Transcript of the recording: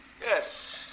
yes